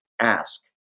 ask